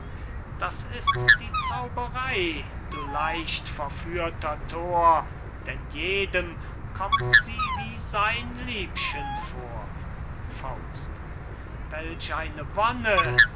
das ist die zauberey du leicht verführter thor denn jedem kommt sie wie sein liebchen vor welch eine